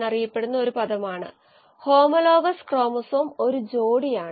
ചിലപ്പോൾ കോശങ്ങൾ തന്നെ ഉൽപ്പന്നമാണ് തുടക്കത്തിൽ അൽപ്പം വേറിട്ടതായി തോന്നാമെങ്കിലും ഇത് പരിഗണിക്കാം